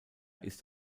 ist